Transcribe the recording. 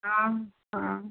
हाँ हाँ